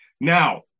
Now